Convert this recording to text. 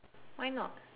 why not